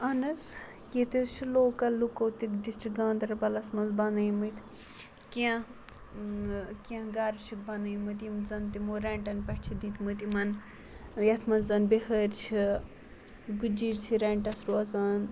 اہن حظ ییٚتہِ حظ چھِ لوکَل لُکو تہِ ڈِسٹرک گاندَربَلَس منٛز بَنٲیمٕتۍ کینٛہہ کینٛہہ گَرٕ چھِکھ بَنٲیمٕتۍ یِم زَن تِمو رٮ۪نٹَن پٮ۪ٹھ چھِ دِتۍمٕتۍ یِمَن یَتھ منٛز زَن بِہٲرۍ چھِ گُجِر چھِ رٮ۪نٹَس روزان